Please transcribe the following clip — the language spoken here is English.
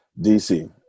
DC